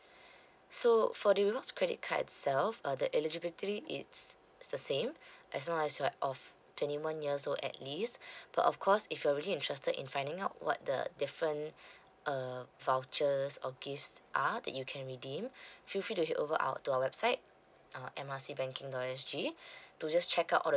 so for the rewards credit card itself uh the eligibility it's it's the same as long as you're of twenty one years old at least but of course if you're really interested in finding out what the different uh vouchers or gifts are that you can redeem feel free to head over our to our website uh M R C banking dot S G to just check out all the